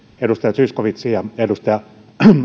edustaja zyskowiczin ja edustaja